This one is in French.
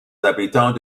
habitants